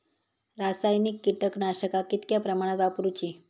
रासायनिक कीटकनाशका कितक्या प्रमाणात वापरूची?